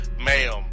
ma'am